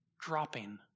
dropping